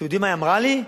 אתם יודעים מה היא אמרה לי?